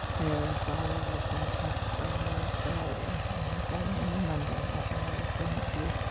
your father was sentenced on a friday, and the following monday, i found out i was pregnant with you.